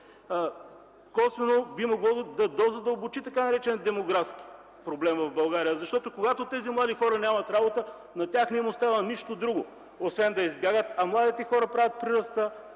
косвено би могло да дозадълбочи така наречения демографски проблем в България, защото когато младите хора нямат работа, на тях не им остава нищо друго освен да избягат, а младите хора правят прираста,